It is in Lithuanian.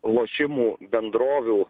lošimų bendrovių